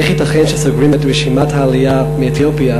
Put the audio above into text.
איך ייתכן שסוגרים את רשימת העלייה מאתיופיה